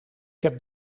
heb